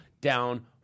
down